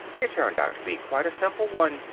it turned out to be quite a simple one,